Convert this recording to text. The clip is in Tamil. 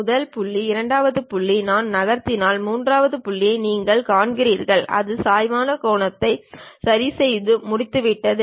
முதல் புள்ளி இரண்டாவது புள்ளி நான் நகர்த்தினால் மூன்றாவது புள்ளியை நீங்கள் காண்கிறீர்கள் அது சாய்வான கோணத்தை சரிசெய்து முடித்துவிட்டது